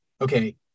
okay